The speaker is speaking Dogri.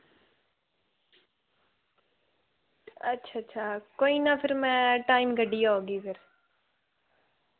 अच्छ अच्छा कोई ना फिर मैं टइम कड्डियै औगी फिर